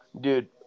Dude